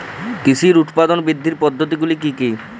কৃষির উৎপাদন বৃদ্ধির পদ্ধতিগুলি কী কী?